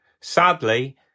sadly